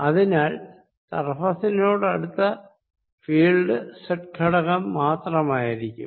അതിനാൽ സർഫസിനോടടുത്ത field z ഘടകം മാത്രമായിരിക്കും